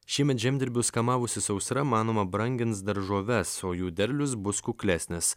šiemet žemdirbius kamavusi sausra manoma brangins daržoves o jų derlius bus kuklesnis